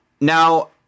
Now